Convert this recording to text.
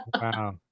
wow